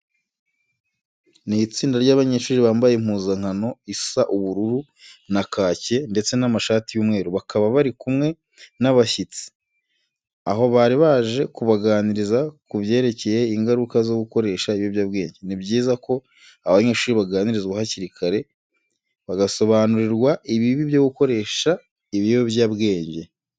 Ni itsinda ry'abanyeshuri bambaye impuzankano isa ubururu na kake ndetse n'amashati y'umweru. Bakaba bari kumwe n'abashyitsi, aho bari baje kubaganiriza ku byerekeye ingaruka zo gukoresha ibiyobyabwenge. Ni byiza ko abanyeshuri baganirizwa hakiri kare, bagasobanurirwa ibibi byo gukoresha ibiyobyabwenge.